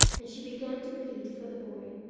and she began to plead for the boy,